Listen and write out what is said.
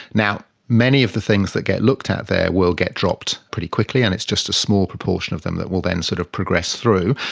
many of the things that get looked at there will get dropped pretty quickly and it's just a small proportion of them that will then sort of progress through.